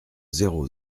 zéro